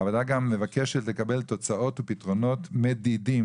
הוועדה גם מבקשת לקבל תוצאות ופתרונות מדידים